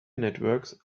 networks